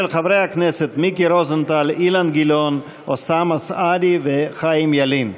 הצעות לסדר-היום מס' 7696, 7697, 7698 ו-7699,